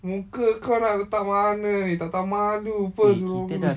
muka kau nak letak mana ni tak tahu malu [pe] suruh orang